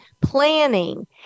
planning